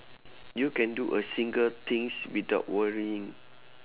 you can do a single things without worrying